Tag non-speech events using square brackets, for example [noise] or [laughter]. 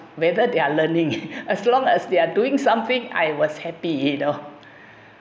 whether they're learning [laughs] it as long as they're doing something I was happy you know